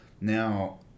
now